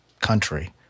country